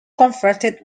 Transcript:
converted